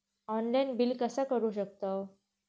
Online bill कसा करु शकतव?